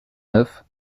neuf